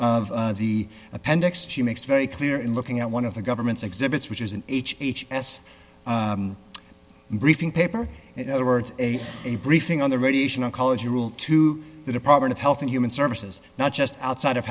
of the appendix she makes very clear in looking at one of the government's exhibits which is an h h s briefing paper in other words a briefing on the radiation oncology rule to the department of health and human services not just outside of